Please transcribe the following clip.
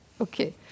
Okay